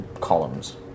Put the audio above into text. columns